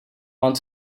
want